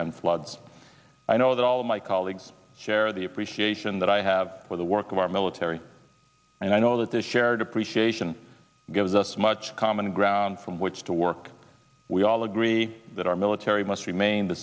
and floods i know that all of my colleagues share the appreciation that i have for the work of our military and i know that this shared appreciation gives us much common ground from which to work we all agree that our military must remain the